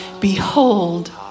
Behold